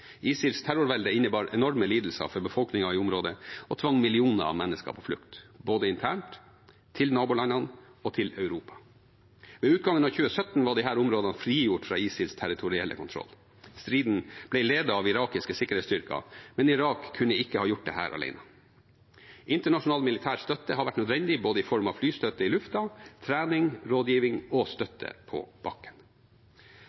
ISILs terrorvelde innebar enorme lidelser for befolkningen i området og tvang millioner av mennesker på flukt, både internt, til nabolandene og til Europa. Ved utgangen av 2017 var disse områdene frigjort fra ISILs territorielle kontroll. Striden ble ledet av irakiske sikkerhetsstyrker, men Irak kunne ikke ha gjort dette alene. Internasjonal militær støtte har vært nødvendig i form av både flystøtte i luften, trening, rådgivning og